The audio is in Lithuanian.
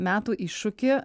metų iššūkį